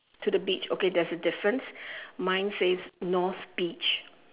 to the beach okay there's a difference mine says north beach